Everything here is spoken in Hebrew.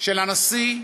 של הנשיא,